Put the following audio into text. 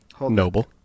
noble